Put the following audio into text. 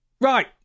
Right